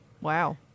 Wow